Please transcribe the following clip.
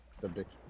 subject